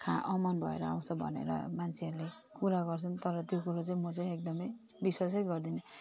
खा अमन भएर आउँछ भनेर मान्छेहरूले कुरा गर्छन् तर त्यो कुरो चाहिँ म चाहिँ एकदमै विश्वासै गर्दिनँ